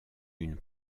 une